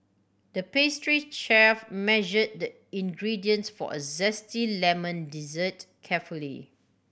the pastry chef measured the ingredients for a zesty lemon dessert carefully